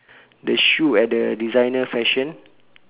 the shoe at the designer fashion